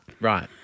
right